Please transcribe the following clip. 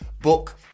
book